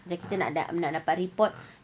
kita kita nak dapat report